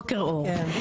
בוקר טוב.